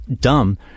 dumb